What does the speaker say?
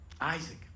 Isaac